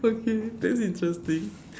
okay that's interesting